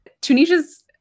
Tunisia's